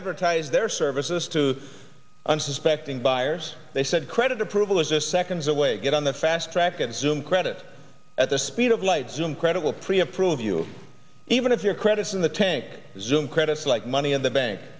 advertise their services to unsuspecting buyers they said credit approval is just seconds away get on the fast track and zoom credit at the speed of light zoom credible pre approve you even if your credits in the tank zoom credits like money in the bank